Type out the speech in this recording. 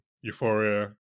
Euphoria